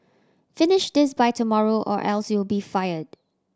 finish this by tomorrow or else you'll be fired